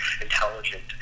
intelligent